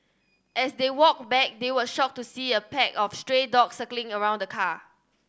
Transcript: as they walked back they were shocked to see a pack of stray dogs circling around the car